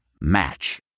Match